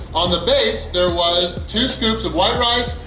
on the base, there was two scoops of white rice,